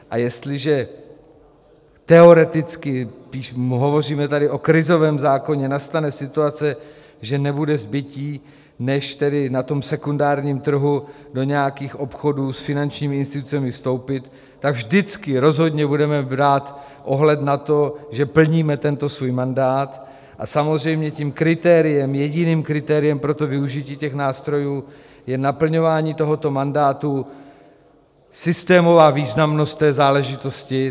A jestliže teoreticky, když tady hovoříme o krizovém zákoně, nastane situace, že nebude zbytí, než na tom sekundárním trhu do nějakých obchodů s finančními institucemi vstoupit, tak vždycky rozhodně budeme brát ohled na to, že plníme tento svůj mandát, a samozřejmě tím kritériem, jediným kritériem pro využití nástrojů je naplňování tohoto mandátu, systémová významnost té záležitosti.